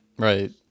Right